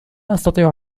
أستطيع